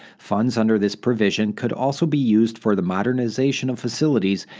funds under this provision could also be used for the modernization of facilities,